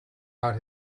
out